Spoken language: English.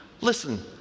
Listen